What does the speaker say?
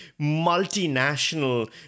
multinational